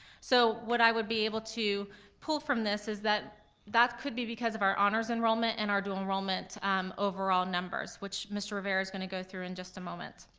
so what i would be able to pull from this is that that could be because of our honor's enrollment and our dual enrollment overall numbers, which mr. rivera is gonna go through in just a moment.